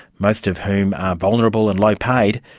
most of whom are vulnerable and low paid,